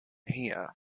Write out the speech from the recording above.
here